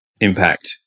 impact